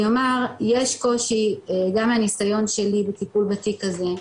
אני אומר יש קושי גם מהניסיון שלי בטיפול בתיק הזה,